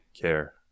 care